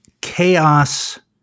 chaos